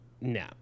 No